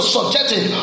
subjected